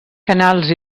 canals